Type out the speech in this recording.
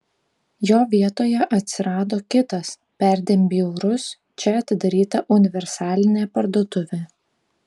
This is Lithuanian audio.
jo vietoje atsirado kitas perdėm bjaurus čia atidaryta universalinė parduotuvė